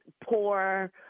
poor